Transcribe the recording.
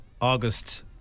August